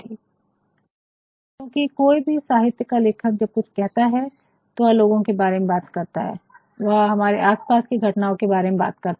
और क्योंकि कोई भी साहित्य का लेखक जब कुछ कहता है तो वह लोगों के बारे में बात करता है वह हमारे आसपास की घटनाओं के बारे में बात करता है